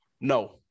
no